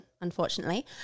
unfortunately